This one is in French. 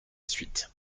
suite